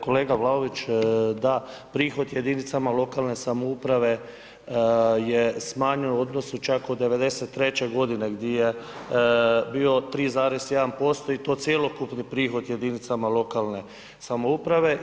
Kolega Vlaović da, prihod jedinicama lokalne samouprave je smanjen u odnosu čak od 93. godine gdje je bio 3,1% i to cjelokupni prihod jedinicama lokalne samouprave.